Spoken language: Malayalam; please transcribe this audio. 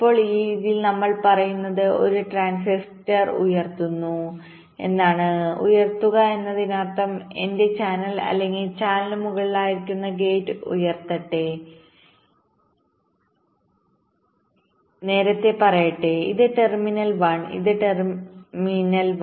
ഇപ്പോൾ ഈ രീതിയിൽ നമ്മൾ പറയുന്നത് നമ്മൾ ഒരു ട്രാൻസിസ്റ്റർ ഉയർത്തുന്നു എന്നാണ് ഉയർത്തുക എന്നതിനർത്ഥം എന്റെ ചാനൽ അല്ലെങ്കിൽ ചാനലിന് മുകളിലായിരുന്ന ഗേറ്റ് നേരത്തെ പറയട്ടെ ഇത് 1 ടെർമിനൽ ഇത് 1 ടെർമിനൽ